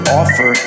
offer